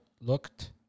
looked